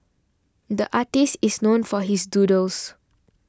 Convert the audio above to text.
the artist is known for his doodles